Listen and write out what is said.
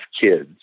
kids